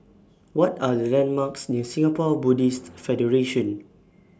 What Are The landmarks near Singapore Buddhist Federation